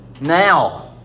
Now